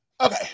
okay